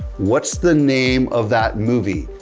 what's the name of that movie,